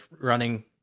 running